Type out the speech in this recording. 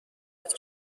عادت